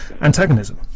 antagonism